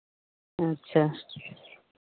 ᱟᱪᱪᱷᱟ